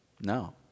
No